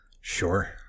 Sure